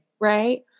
right